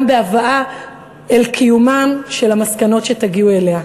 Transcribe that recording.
בהבאה אל קיומן של המסקנות שתגיעו אליהן.